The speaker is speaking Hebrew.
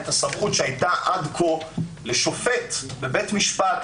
את הסמכות שהייתה עד כה לשופט בבית המשפט